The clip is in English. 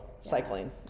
cycling